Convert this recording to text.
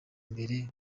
mbere